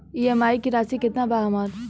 EMI की राशि केतना बा हमर?